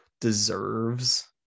deserves